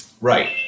Right